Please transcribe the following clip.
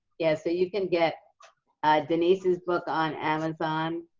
yeah so you can get denise's book on amazon.